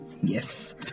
Yes